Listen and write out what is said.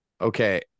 okay